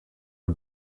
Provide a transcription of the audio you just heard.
our